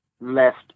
left